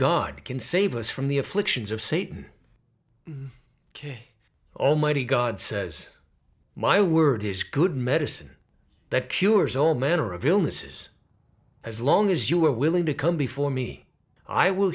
god can save us from the afflictions of satan ok almighty god says my word is good medicine that cures all manner of illnesses as long as you are willing to come before me i will